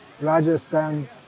Rajasthan